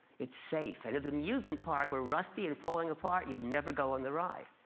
it's safe. and if that amusement park were rusty and falling apart, you'd never go on the ride.